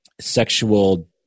sexual